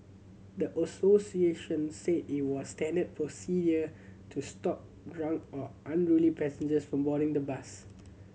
the association said it was standard procedure to stop drunk or unruly passengers from boarding the bus